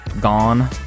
gone